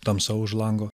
tamsa už lango